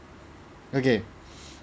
okay